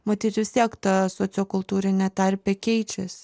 matyt vis tiek ta sociokultūrinė tarpė keičiasi